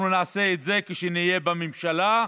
אנחנו נעשה את זה כשנהיה בממשלה,